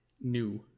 new